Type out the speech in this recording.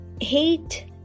hate